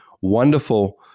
wonderful